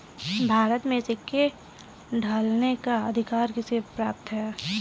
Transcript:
भारत में सिक्के ढालने का अधिकार किसे प्राप्त है?